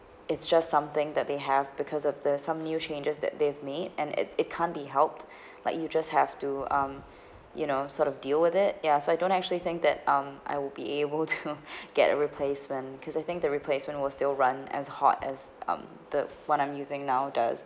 it's just something that they have because of these some new changes that they've made and it it can't be helped like you just have to um you know sort of deal with it ya so I don't actually think that um I will be able to get a replacement cause I think the replacement will still run as hot as um the one I'm using now does